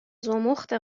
زمخت